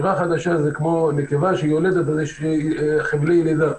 כיוון שהיא נולדת יש חבלי לידה.